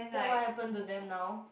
then what happen to them now